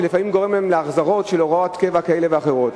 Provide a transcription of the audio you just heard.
שלפעמים גורם להם להחזרות של הוראות קבע כאלה ואחרות.